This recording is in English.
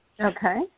Okay